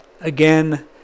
again